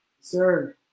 Sir